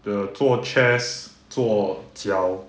the 做 chairs 做脚